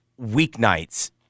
weeknights